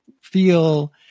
feel